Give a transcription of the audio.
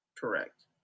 Correct